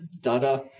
Dada